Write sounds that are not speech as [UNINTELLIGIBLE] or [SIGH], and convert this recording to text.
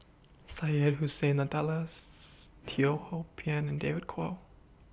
Syed Hussein [UNINTELLIGIBLE] Teo Ho Pin and David Kwo